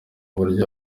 buryo